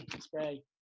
Spray